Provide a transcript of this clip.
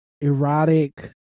erotic